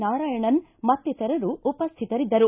ನಾರಾಯಣನ್ ಮತ್ತಿತರರು ಉಪಶ್ಚಿತರಿದ್ದರು